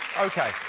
ok,